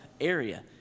area